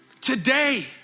Today